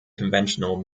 conventional